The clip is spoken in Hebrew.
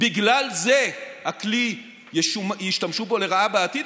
בגלל זה ישתמשו לרעה בכלי בעתיד?